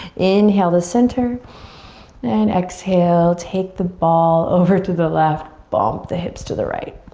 inhale to center and exhale take the ball over to the left. bump the hips to the right.